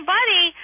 Buddy